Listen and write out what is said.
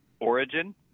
origin